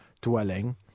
dwelling